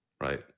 right